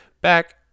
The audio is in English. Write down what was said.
Back